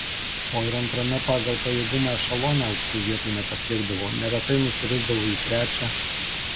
o ir antrame pagal pajėgumą ešelone aukštų vietų nepasiekdavo neretai nusirisdavo į trečią